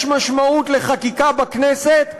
יש משמעות לחקיקה בכנסת,